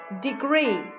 degree